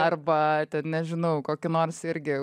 arba ten nežinau kokį nors irgi